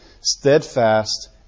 steadfast